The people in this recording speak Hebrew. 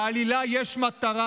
לעלילה יש מטרה.